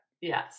Yes